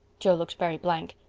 joe looked very blank.